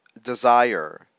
desire